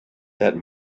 that